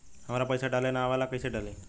हमरा पईसा डाले ना आवेला कइसे डाली?